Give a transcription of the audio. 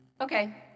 okay